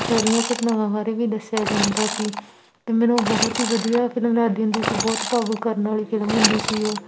ਸਾਰੀਆਂ ਘਟਨਾਵਾਂ ਬਾਰੇ ਵੀ ਦੱਸਿਆ ਜਾਂਦਾ ਸੀ ਅਤੇ ਮੈਨੂੰ ਬਹੁਤ ਹੀ ਵਧੀਆ ਫਿਲਮ ਲੱਗਦੀ ਹੁੰਦੀ ਸੀ ਬਹੁਤ ਭਾਵੁਕ ਕਰਨ ਵਾਲੀ ਫਿਲਮ ਹੁੰਦੀ ਸੀ ਉਹ